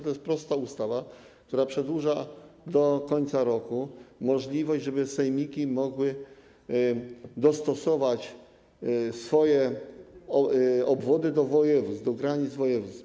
To jest prosta ustawa, która przedłuża do końca roku możliwość, żeby sejmiki mogły dostosować swoje obwody do granic województw.